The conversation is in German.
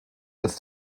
als